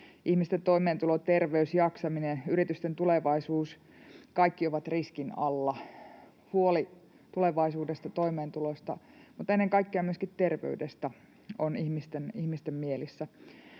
Ihmisten toimeentulo, terveys, jaksaminen, yritysten tulevaisuus, kaikki ovat riskin alla. Huoli tulevaisuudesta, toimeentulosta mutta ennen kaikkea myöskin terveydestä on ihmisten mielessä.